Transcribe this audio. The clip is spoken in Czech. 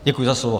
Děkuji za slovo.